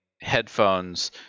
headphones